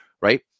right